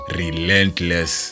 relentless